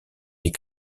les